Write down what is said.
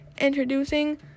introducing